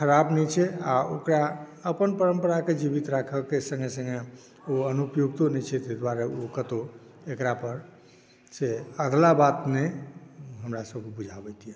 ख़राब नहि छै आ ओकरा अपन परम्पराके जीवित राखऽके संगे संगे ओ अनूपयोगितो नहि छै ताहि दुआरे ओ कतौ एक़रा पर से अगला बात नहि हमरासभके बुझाबैत यऽ